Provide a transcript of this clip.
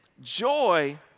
Joy